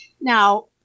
Now